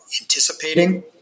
anticipating